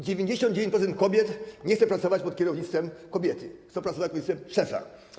99% kobiet nie chce pracować pod kierownictwem kobiety, chce pracować pod kierownictwem szefa.